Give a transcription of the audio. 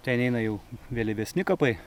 ten eina jau vėlyvesni kapai